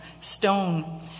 stone